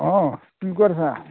অঁ তুমি ক'ত আছা